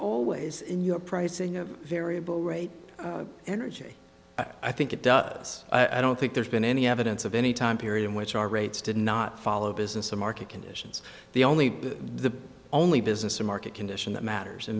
always in your pricing of variable rate energy i think it does i don't think there's been any evidence of any time period in which our rates did not follow business or market conditions the only the only business or market condition that matters and